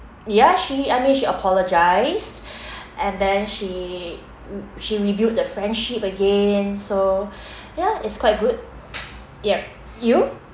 ya she I mean she apologised and then she she rebuilt the friendship again so ya it's quite good yup you